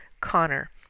Connor